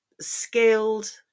skilled